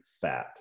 fat